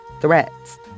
threats